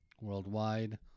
Worldwide